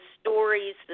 stories